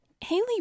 Haley